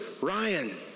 Ryan